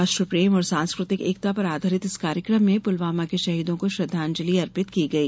राष्ट्रप्रेम और सांस्कृतिक एकता पर आधारित इस कार्यक्रम में पुलवामा के शहीदों को श्रद्वांजलि अर्पित की गई